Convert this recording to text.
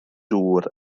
dŵr